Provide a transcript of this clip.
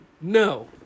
No